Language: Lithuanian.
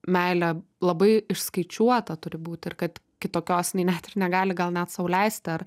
meilė labai išskaičiuota turi būti ir kad kitokios jinai net ir negali gal net sau leisti ar